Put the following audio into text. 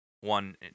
one